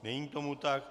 Není tomu tak.